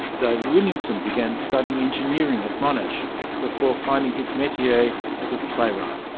david williamson began studying engineering at monash before finding his metier as a playwright.